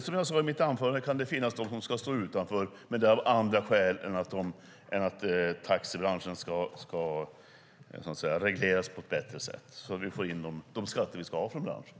Som jag sade i mitt anförande kan det finnas de som ska stå utanför. Men det är av andra skäl än att taxibranschen ska regleras på ett bättre sätt så att vi får in de skatter vi ska ha från branschen.